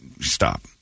Stop